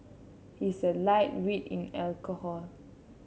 he is a lightweight in alcohol